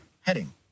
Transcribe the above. Heading